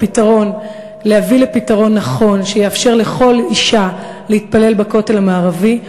להביא לפתרון נכון שיאפשר לכל אישה להתפלל בכותל המערבי,